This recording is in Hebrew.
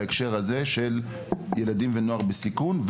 בהקשר הזה של ילדים ונוער בסיכון,